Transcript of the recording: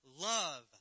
love